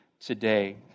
today